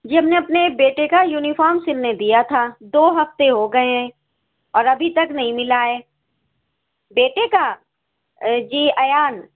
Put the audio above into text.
جی ہم نے اپنے بیٹے کا یونیفام سلنے دیا تھا دو ہفتے ہوگئے ہیں اور ابھی تک نہیں ملا ہے بیٹے کا جی ایان